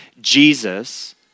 Jesus